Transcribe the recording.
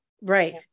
right